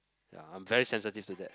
ya I'm very sensitive to that